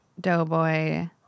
Doughboy